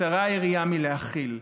קצרה היריעה מלהכיל.